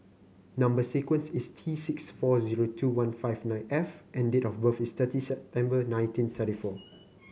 number sequence is T six four zero two one five nine F and date of birth is thirty September nineteen thirty four